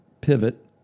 pivot